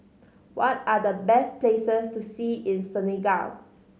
what are the best places to see in Senegal